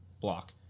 block